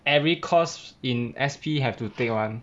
every course in S_P have to take [one]